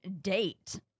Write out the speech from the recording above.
date